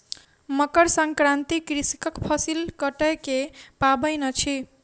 मकर संक्रांति कृषकक फसिल कटै के पाबैन अछि